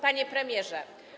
Panie Premierze!